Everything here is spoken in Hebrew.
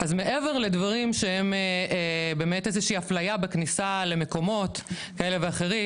מעבר לדברים שהם באמת איזושהי הפליה בכניסה למקומות כאלה ואחרים,